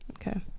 Okay